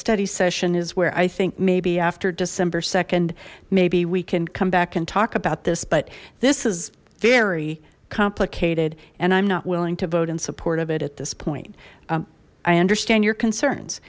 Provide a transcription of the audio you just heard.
study session is where i think maybe after december nd maybe we can come back and talk about this but this is very complicated and i'm not willing to vote in support of it at this point i understand your concerns